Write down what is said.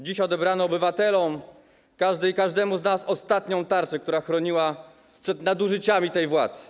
Dziś odebrano obywatelom, każdej i każdemu z nas, ostatnią tarczę, która chroniła przed nadużyciami tej władzy.